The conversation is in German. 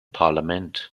parlament